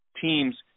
teams